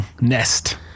Nest